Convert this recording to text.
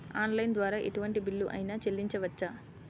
Online ద్వారా ఎటువంటి bill అయినా చెల్లించవచ్చా?